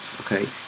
okay